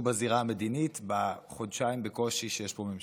בזירה המדינית בחודשיים בקושי שיש פה ממשלה.